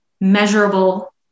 Measurable